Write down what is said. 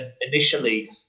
initially